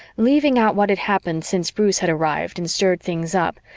leaving out what had happened since bruce had arrived and stirred things up,